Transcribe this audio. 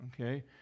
Okay